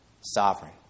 sovereign